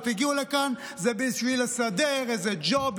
הגיעו לכאן היא בשביל לסדר איזה ג'וב,